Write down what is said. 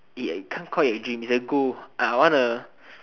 can't call it a dream it's a goal I want a